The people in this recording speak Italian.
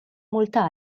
molta